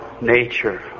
nature